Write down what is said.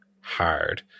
hard